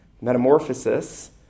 metamorphosis